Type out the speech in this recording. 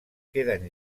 queden